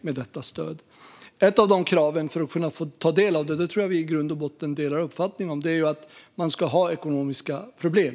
med detta stöd. Ett av kraven för att man ska kunna ta del av det - jag tror att vi i grund och botten delar uppfattning om det - är att man ska ha ekonomiska problem.